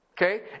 Okay